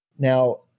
Now